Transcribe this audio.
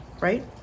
right